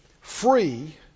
free